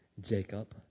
Jacob